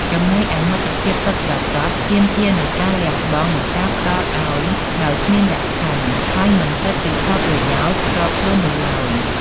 ចំណែកឯ មិត្តភាពពិតប្រាកដទាមទារនូវការលះបង់ និងការផ្តល់ឲ្យដោយគ្មានលក្ខខណ្ឌ ហើយមិនគិតពីផលប្រយោជន៍ផ្ទាល់ខ្លួននោះឡើយ។